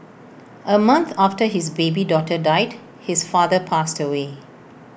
A month after his baby daughter died his father passed away